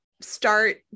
start